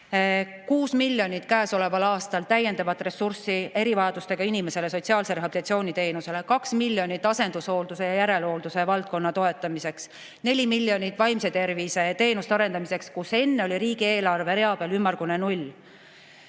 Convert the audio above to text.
Kuus miljonit käesoleval aastal täiendavat ressurssi erivajadustega inimestele sotsiaalse rehabilitatsiooni teenusele, kaks miljonit asendushoolduse ja järelhoolduse valdkonna toetamiseks, neli miljonit vaimse tervise teenuste arendamiseks, kus enne oli riigieelarve rea peal ümmargune null.